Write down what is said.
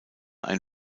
ein